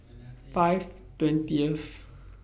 five twentieth